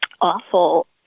awful